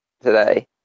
today